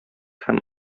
һәм